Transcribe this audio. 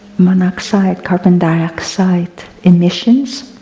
monoxide carbon dioxide emissions.